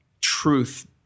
truth